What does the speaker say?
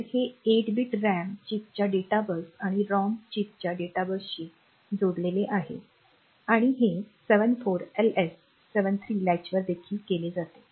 तर हे 8 bit RAM चिपच्या डेटा बस आणि रॉम चिपच्या डेटा बसशी जोडलेले आहे आणि हे 74LS73 लॅचवर देखील केले जाते